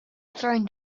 thrown